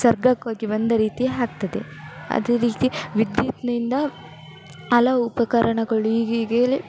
ಸ್ವರ್ಗಕ್ಕೆ ಹೋಗಿ ಬಂದ ರೀತಿ ಆಗ್ತದೆ ಅದೇ ರೀತಿ ವಿದ್ಯುತ್ತಿನಿಂದ ಹಲವು ಉಪಕರಣಗಳು ಈಗ ಈಗ ಹೇಳಿ